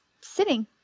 sitting